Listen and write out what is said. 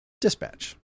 dispatch